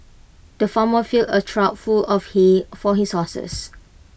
the farmer filled A trough full of hay for his horses